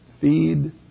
feed